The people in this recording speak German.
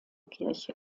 kirche